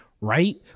right